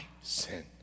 sin